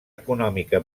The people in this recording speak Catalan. econòmica